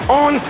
on